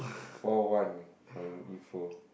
four one for your info